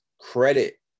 credit